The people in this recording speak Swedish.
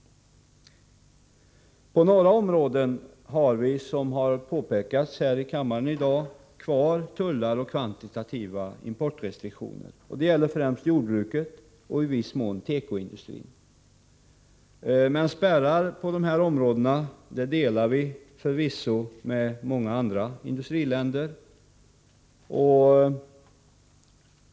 På några områden har vi, som det har påpekats här i kammaren i dag, kvar tullar och kvantitativa importrestriktioner. Det gäller främst jordbruket och i viss mån tekoindustrin. Men spärrar på de områdena har förvisso också många andra industriländer.